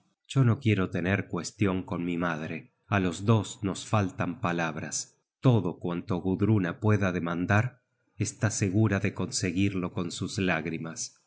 yo no quiero tener cuestion con mi madre á los dos nos faltan palabras todo cuanto gudruna pueda demandar está segura de conseguirlo con sus lágrimas